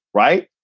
right.